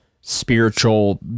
spiritual